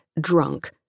Drunk